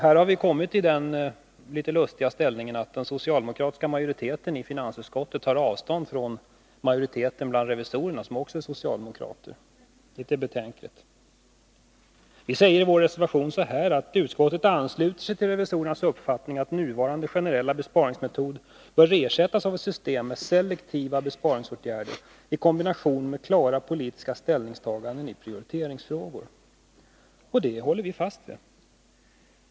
Här har vi kommit i den litet lustiga ställningen att den socialdemokratiska majoriteten i finansutskottet tar avstånd från majoriteten bland revisorerna, som också är socialdemokrater. Det är litet betänkligt. Vi säger i vår reservation: ”Utskottet ansluter sig till revisorernas uppfattning att nuvarande generella besparingsmetod bör ersättas av ett system med selektiva besparingsåtgärder i kombination med klara politiska ställningstaganden i prioriteringsfrågor.” Det håller vi fast vid.